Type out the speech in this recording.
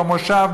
במושב,